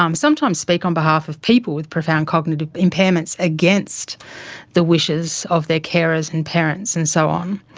um sometimes speak on behalf of people with profound cognitive impairments against the wishes of their carers and parents and so on.